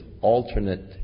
alternate